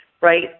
right